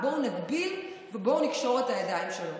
בואו נגביל ובואו נקשור את הידיים שלו",